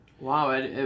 Wow